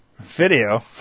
video